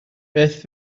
beth